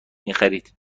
میخرید